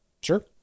Sure